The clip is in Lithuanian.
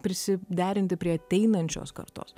prisiderinti prie ateinančios kartos